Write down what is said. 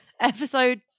episode